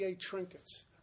trinkets